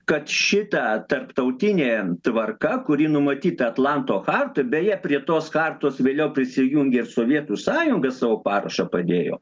kad šita tarptautinė tvarka kuri numatyta atlanto charta beje prie tos chartos vėliau prisijungė sovietų sąjunga savo parašą padėjo